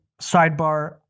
sidebar